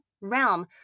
realm